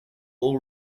all